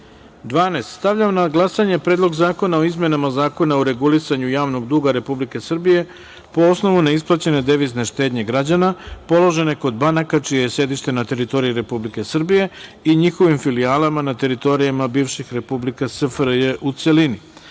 reda. Stavljam na glasanje Predlog zakona o izmenama Zakona o regulisanju javnog duga Republike Srbije po osnovu neisplaćene devizne štednje građana položene kod banaka čije je sedište na teritoriji Republike Srbije i njihovim filijalama na teritorijama bivših republika SFRJ, celini. Molim